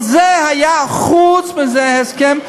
על זה היה חוץ מזה הסכם,